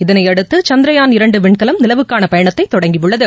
இதனையடுத்துசசந்தரயான் இரண்டுவிண்கலம் நிலவுக்கானபயணத்தைதொடங்கியுள்ளது